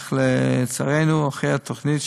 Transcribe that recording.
אך לצערנו עורכי התוכנית,